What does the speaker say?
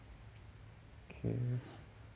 okay